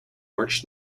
march